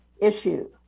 issue